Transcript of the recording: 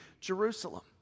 Jerusalem